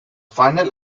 final